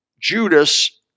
Judas